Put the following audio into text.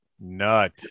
Nut